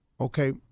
okay